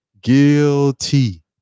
guilty